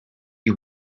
you